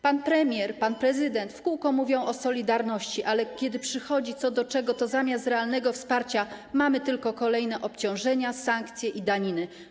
Pan premier, pan prezydent w kółko mówią o solidarności, ale kiedy przychodzi co do czego, to zamiast realnego wsparcia mamy tylko kolejne obciążenia, sankcje i daniny.